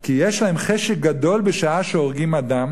כי יש להם חשק גדול בשעה שהורגים אדם